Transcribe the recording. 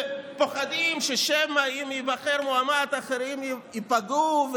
ופוחדים שמא ייבחר מועמד, אחרים ייפגעו,